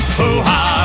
hoo-ha